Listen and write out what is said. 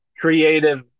creative